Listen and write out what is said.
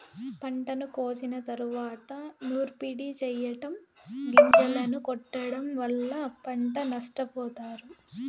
పంటను కోసిన తరువాత నూర్పిడి చెయ్యటం, గొంజలను కొట్టడం వల్ల పంట నష్టపోతారు